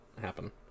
happen